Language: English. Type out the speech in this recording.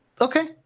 Okay